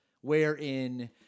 wherein